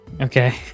Okay